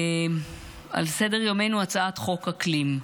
על סדר-יומנו הצעת חוק אקלים.